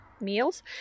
meals